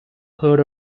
heard